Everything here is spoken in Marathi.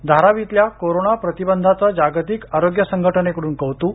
धारावितल्या कोरोना प्रतिबंधाचं जागतिक आरोग्य संघटनेकडून कौतूक